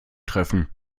treffen